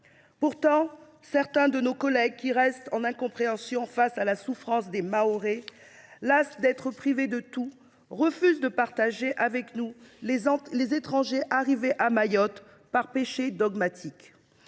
Pourtant, certains de nos collègues manifestent leur incompréhension face à la souffrance des Mahorais, las d’être privés de tout, et refusent de partager avec nous les étrangers arrivés à Mayotte, par péché dogmatique